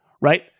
right